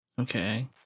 Okay